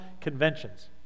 conventions